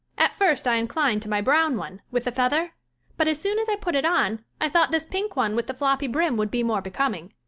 at first i inclined to my brown one with the feather but as soon as i put it on i thought this pink one with the floppy brim would be more becoming.